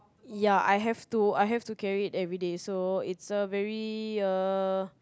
ya I have to I have to carry it every day so it's a very uh